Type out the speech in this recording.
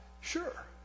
Sure